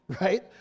right